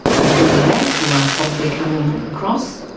in doing that you are probably coming across,